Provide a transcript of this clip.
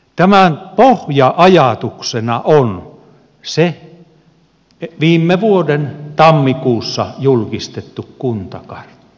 tämän pohja ajatuksena on se viime vuoden tammikuussa julkistettu kuntakartta